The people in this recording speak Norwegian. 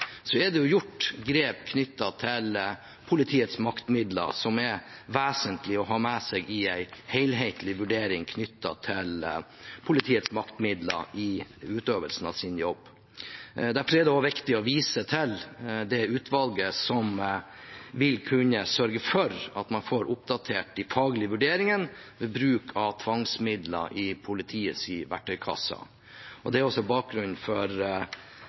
som er vesentlig å ha med seg i en helhetlig vurdering av politiets maktmidler i utøvelsen av deres jobb. Derfor er det også viktig å vise til dette utvalget, som vil kunne sørge for at man får oppdatert de faglige vurderingene ved bruk av tvangsmidler i politiets verktøykasse. Det er også bakgrunnen for